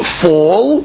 fall